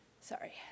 sorry